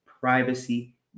privacy